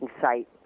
sight